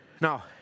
Now